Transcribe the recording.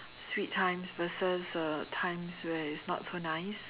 sweet times versus uh times where it's not so nice